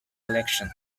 collection